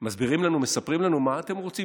מסבירים לנו, מספרים לנו: מה אתם רוצים?